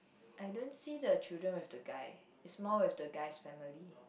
I don't see the children with the guy is more with the guy's family